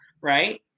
right